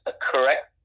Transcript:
correct